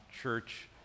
church